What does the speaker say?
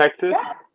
Texas